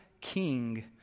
king